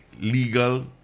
Legal